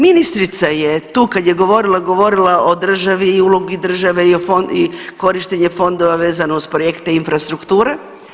Ministrica je tu kad je govorila, govorila o državi i ulogi države i korištenja fondova vezano uz projekte infrastrukture.